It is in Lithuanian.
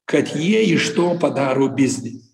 kad jie iš to padaro biznį